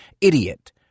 idiot